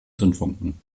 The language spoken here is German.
zündfunken